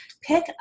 pick